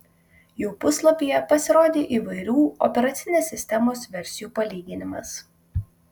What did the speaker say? jų puslapyje pasirodė įvairių operacinės sistemos versijų palyginimas